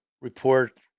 report